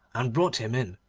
and brought him in,